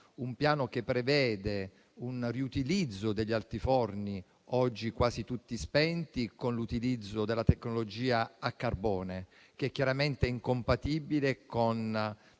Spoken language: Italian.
Governo, che prevede un riutilizzo degli altiforni ormai quasi tutti spenti con l'utilizzo della tecnologia a carbone, chiaramente incompatibile non